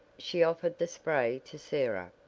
she offered the spray to sarah,